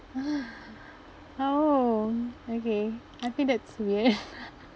oh okay I think that's weird